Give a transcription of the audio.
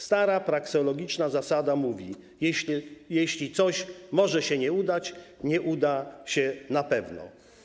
Stara prakseologiczna zasada mówi: jeśli coś może się nie udać, nie uda się na pewno.